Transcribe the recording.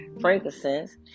Frankincense